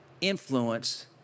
influence